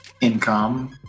income